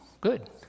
good